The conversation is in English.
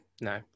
No